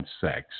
sex